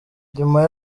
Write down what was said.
nyuma